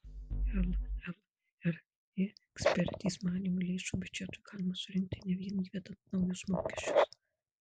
llri ekspertės manymu lėšų biudžetui galima surinkti ne vien įvedant naujus mokesčius